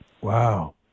Wow